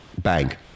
Bank